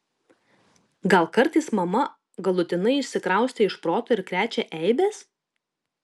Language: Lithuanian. gal kartais mama galutinai išsikraustė iš proto ir krečia eibes